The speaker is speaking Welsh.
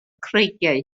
creigiau